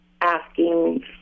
asking